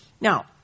Now